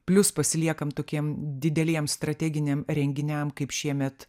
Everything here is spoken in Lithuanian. plius pasiliekam tokiem dideliem strateginiam renginiam kaip šiemet